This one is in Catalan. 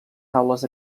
taules